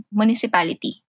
municipality